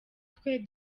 twe